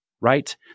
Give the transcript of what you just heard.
right